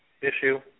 issue